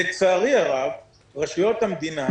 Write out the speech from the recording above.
לצערי הרב הרשויות המקומיות,